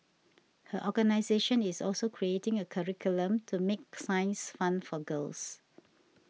her organisation is also creating a curriculum to make science fun for girls